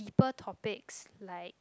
people topics like